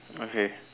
okay